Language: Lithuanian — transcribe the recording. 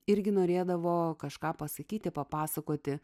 irgi norėdavo kažką pasakyti papasakoti